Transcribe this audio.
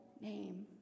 name